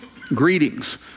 Greetings